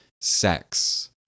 sex